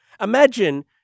imagine